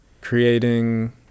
creating